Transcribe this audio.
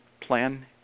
plan